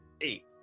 Eight